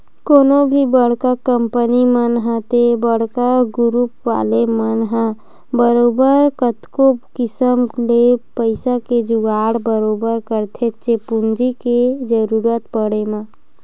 कोनो भी बड़का कंपनी मन ह ते बड़का गुरूप वाले मन ह बरोबर कतको किसम ले पइसा के जुगाड़ बरोबर करथेच्चे पूंजी के जरुरत पड़े म